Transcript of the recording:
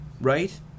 right